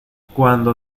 cuando